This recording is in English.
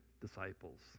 disciples